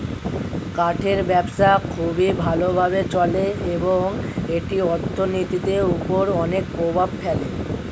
কাঠের ব্যবসা খুবই ভালো ভাবে চলে এবং এটি অর্থনীতির উপর অনেক প্রভাব ফেলে